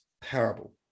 parable